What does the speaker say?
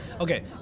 Okay